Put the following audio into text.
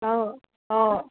অঁ অঁ